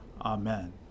Amen